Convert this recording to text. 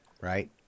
right